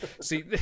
see